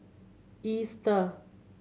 Easter